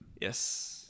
Yes